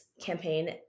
campaign